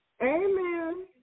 Amen